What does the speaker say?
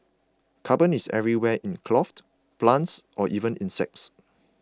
carbon is everywhere in cloth plants or even insects